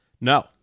No